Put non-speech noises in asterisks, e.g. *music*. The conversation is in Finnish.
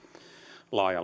laaja *unintelligible*